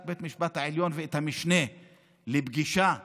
בית המשפט העליון ואת המשנה לפגישה אתמול.